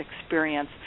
experience